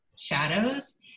shadows